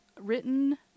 written